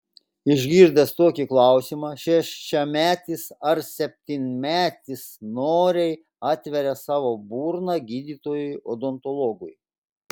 išgirdęs tokį klausimą šešiametis ar septynmetis noriai atveria savo burną gydytojui odontologui